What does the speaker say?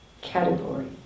category